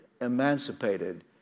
emancipated